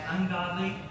ungodly